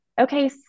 okay